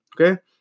okay